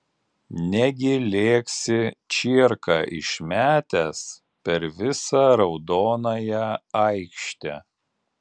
negi lėksi čierką išmetęs per visą raudonąją aikštę